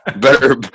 Better